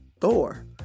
thor